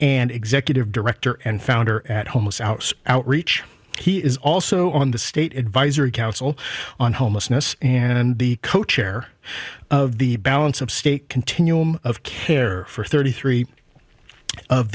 and executive director and founder at homeless out outreach he is also on the state advisory council on homelessness and the co chair of the balance of state continuum of care for thirty three of